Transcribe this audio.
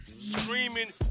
screaming